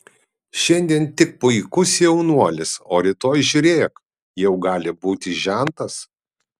šiandien tik puikus jaunuolis o rytoj žiūrėk jau gali būti žentas